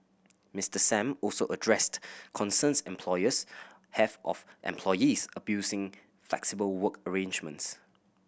Mister Sam also addressed concerns employers have of employees abusing flexible work arrangements